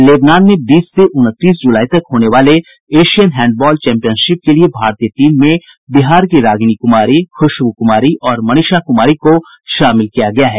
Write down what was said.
Lebanon में बीस से उनतीस जुलाई तक होने वाले एशियन हैंडबॉल चैंपियनशिप के लिये भारतीय टीम में बिहार की रागिनी कुमारी खुशब्र कुमारी और मनीषा कुमारी को शामिल किया गया है